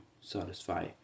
satisfy